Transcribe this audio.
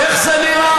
איך זה נראה?